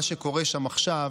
אל מה שקורה שם עכשיו,